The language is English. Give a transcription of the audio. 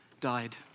died